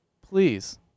please